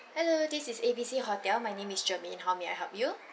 hello this is A_B_C hotel my name is germaine how may I help you